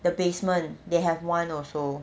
the basement they have one also